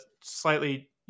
slightly